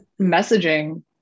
messaging